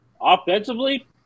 Offensively